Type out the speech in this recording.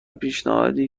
پیشنهادی